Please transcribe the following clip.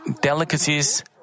delicacies